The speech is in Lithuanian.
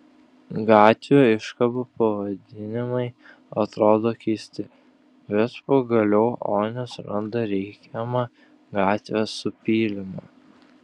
gatvių iškabų pavadinimai atrodo keisti bet pagaliau onis randa reikiamą gatvę su pylimu